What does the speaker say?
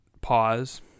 pause